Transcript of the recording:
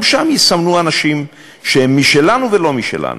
גם שם יסמנו אנשים שהם "משלנו" ו"לא משלנו".